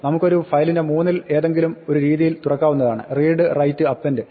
നമുക്ക് ഒരു ഫയലിനെ മൂന്നിൽ ഏതെങ്കിലും ഒരു രീതിയിൽ തുറക്കാവുന്നതാണ് റീഡ് റൈറ്റ് അപ്പെൻഡ്